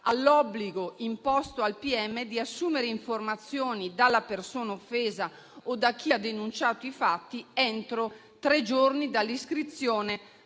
al pubblico ministero di assumere informazioni dalla persona offesa o da chi ha denunciato i fatti entro tre giorni dall'iscrizione